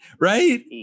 right